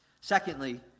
Secondly